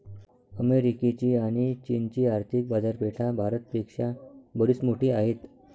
अमेरिकेची आणी चीनची आर्थिक बाजारपेठा भारत पेक्षा बरीच मोठी आहेत